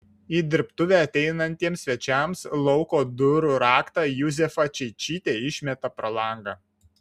į dirbtuvę ateinantiems svečiams lauko durų raktą juzefa čeičytė išmeta pro langą